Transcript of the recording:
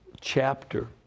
chapter